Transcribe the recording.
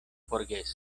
forgesas